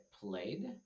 played